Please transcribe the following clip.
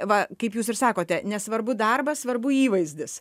va kaip jūs ir sakote nesvarbu darbas svarbu įvaizdis